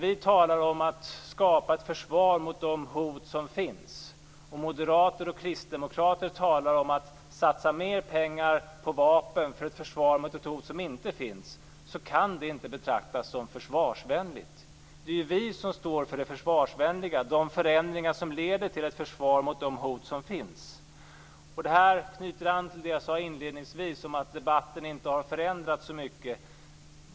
Vi talar om att skapa ett förvar mot de hot som finns, men moderater och kristdemokrater talar om att satsa mer pengar på vapen för ett försvar mot ett hot som inte finns, och det kan inte betraktas som försvarsvänligt. Det är ju vi som står för det försvarsvänliga, dvs. de förändringar som leder till ett försvar mot de hot som finns. Det här knyter an till det jag sade inledningsvis om att debatten inte har förändrats så mycket.